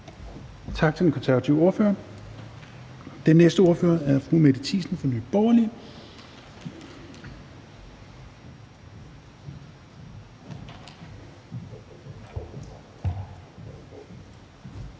Tak til den konservative ordfører. Den næste ordfører er fru Mette Thiesen fra Nye Borgerlige.